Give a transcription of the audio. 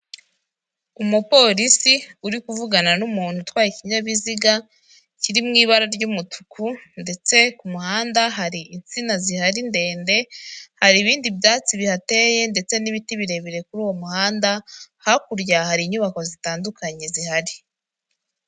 Umupolisi uri kuvugana n'umuntu utwaye ikinyabiziga kiri mu ibara ry'umutuku ndetse ku muhanda hari insina zihari ndende, hari ibindi byatsi bihateye ndetse n'ibiti birebire kuri uwo muhanda, hakurya hari inyubako zitandukanye zihari.